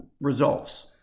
results